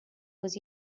was